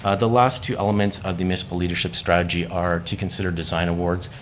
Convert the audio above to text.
ah the last two elements of the municipal leadership strategy are to consider design awards.